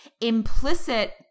implicit